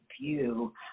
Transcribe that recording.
view